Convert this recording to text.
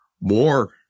more